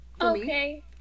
Okay